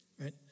right